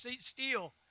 steal